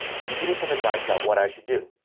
can you give me some advice about what i should do.